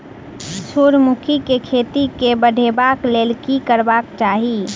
सूर्यमुखी केँ खेती केँ बढ़ेबाक लेल की करबाक चाहि?